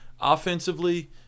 Offensively